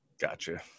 Gotcha